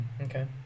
Okay